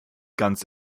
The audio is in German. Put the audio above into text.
ganz